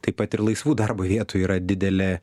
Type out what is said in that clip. taip pat ir laisvų darbo vietų yra didelė